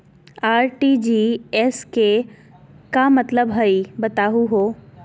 RTGS के का मतलब हई, बताहु हो?